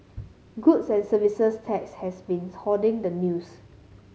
goods and Services Tax has been hoarding the news